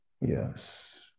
yes